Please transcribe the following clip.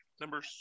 Number